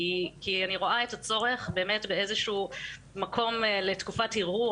כי אני רואה את הצורך באמת באיזה שהוא מקום לתקופת הרהור.